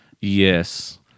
yes